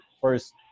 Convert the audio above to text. first